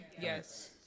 Yes